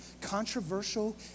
controversial